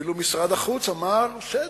שאפילו משרד החוץ אמר: בסדר,